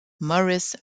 maurice